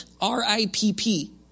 R-I-P-P